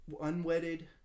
unwedded